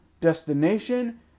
destination